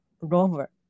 Rover